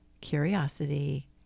curiosity